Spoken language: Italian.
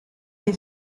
dei